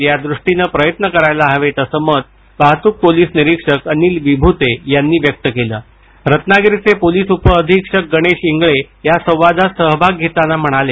पाहिजे यादृष्टीनं प्रयत्न करायला हवेत असं मत वाहतूक पोलीस निरीक्षक अनिल विभूते यांनी व्यक्त केलंरत्नागिरीचे पोलीस उपअधीक्षक गणेश इंगळे या संवादात सहभाग घेताना म्हणाले